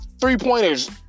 three-pointers